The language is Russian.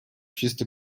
чисто